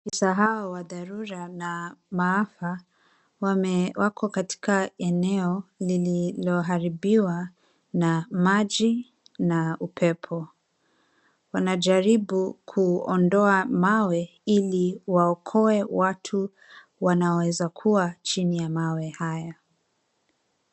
Afisa hawa wa dharura na maafa, wako katika eneo lililoharibiwa na maji na upepo. Wanajaribu kuondoa mawe ili waokoe watu wanaoweza kuwa chini ya mawe haya.